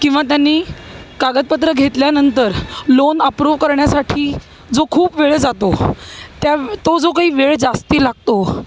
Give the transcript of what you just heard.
किंवा त्यांनी कागदपत्र घेतल्यानंतर लोन अप्रूव करण्यासाठी जो खूप वेळ जातो त्या तो जो काही वेळ जास्ती लागतो